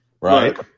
Right